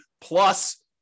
plus